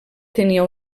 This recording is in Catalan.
tenia